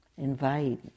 Invite